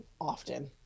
often